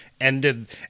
ended